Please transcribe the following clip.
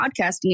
podcasting